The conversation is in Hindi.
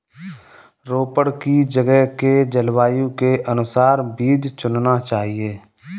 रोपड़ की जगह के जलवायु के अनुसार बीज चुनना चाहिए